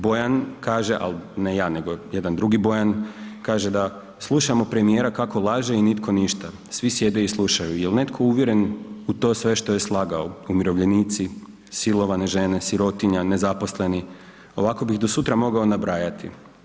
Bojan kaže, al ne ja, nego jedan drugi Bojan, kaže da slušamo premijera kako laže i nitko ništa, svi sjede i slušaju, jel netko uvjeren u to sve što je slagao, umirovljenici, silovane žene, sirotinja, nezaposleni, ovako bih do sutra mogao nabrajati.